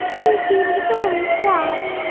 he seemed very sad,